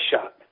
shot